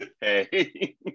Hey